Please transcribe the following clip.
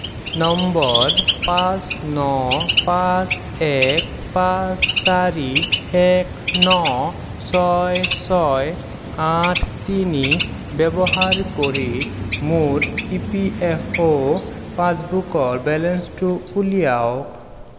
number পাঁচ ন পাঁচ এক পাঁচ চাৰি এক ন ছয় ছয় আঠ তিনি ব্যৱহাৰ কৰি মোৰ ই পি এফ অ' পাছবুকৰ বেলেঞ্চটো উলিয়াওক